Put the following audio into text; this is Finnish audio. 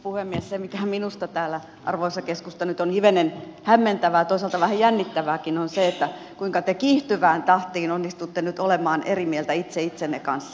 se mikä minusta täällä arvoisa keskusta nyt on hivenen hämmentävää toisaalta vähän jännittävääkin on se kuinka te kiihtyvään tahtiin onnistutte nyt olemaan eri mieltä itse itsenne kanssa